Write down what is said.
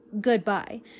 Goodbye